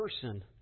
person